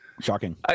shocking